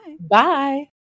Bye